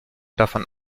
davon